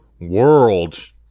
WORLD